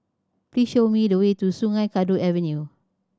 please show me the way to Sungei Kadut Avenue